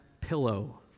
pillow